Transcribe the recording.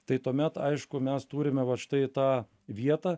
tai tuomet aišku mes turime vat štai tą vietą